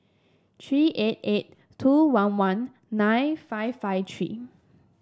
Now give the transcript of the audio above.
three eight eight two one one nine five five three